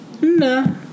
No